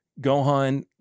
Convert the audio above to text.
Gohan